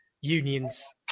unions